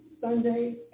Sunday